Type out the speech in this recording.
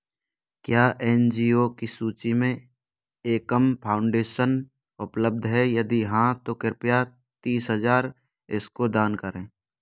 क्या N G O की सूची में एकम फाउंडेसन उपलब्ध है यदि हाँ तो कृपया तीस हज़ार इसको दान करें